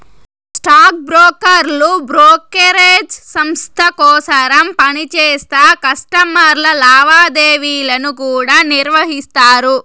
stock బ్రోకర్లు brokerage సంస్త కోసరం పనిచేస్తా కస్టమర్ల లావాదేవీలను కూడా నిర్వహిస్తారు